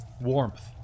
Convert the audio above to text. warmth